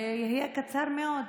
זה יהיה קצר מאוד.